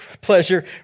pleasure